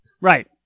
right